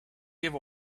give